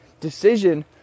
decision